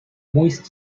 moist